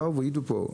אנשים באו והעידו פה: